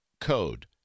code